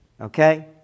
Okay